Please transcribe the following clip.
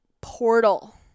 portal